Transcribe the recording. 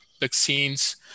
vaccines